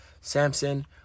samson